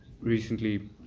recently